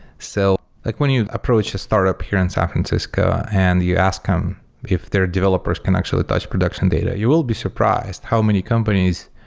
so like when you approach a startup here in san francisco and you ask um if their developers can actually touch production data. you will be surprised how many companies,